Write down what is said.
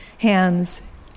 Hands